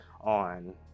on